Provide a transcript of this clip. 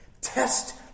test